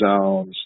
zones